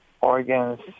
organs